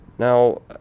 Now